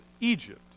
Egypt